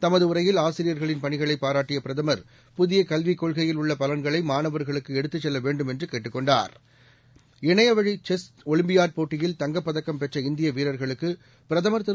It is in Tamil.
தமதுஉரையில்ஆசிரியர்களின்பணிகளைபாராட்டியபிர தமர் புதியகல்விக்கொள்கையில்உள்ளபலன்களைமாணவர்க ளுக்குஎடுத்துசெல்லவேண்டும்என்றுகேட்டுக்கொண்டார் இணையவழிசெஸ்ஒலிம்பியாட்போட்டியில்தங்கப்பதக் கம்பெற்றஇந்தியவீரர்களுக்குபிரதமர்திரு